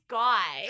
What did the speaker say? guy